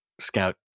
scout